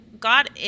God